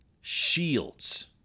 SHIELDS